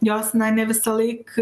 jos na ne visąlaik